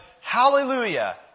Hallelujah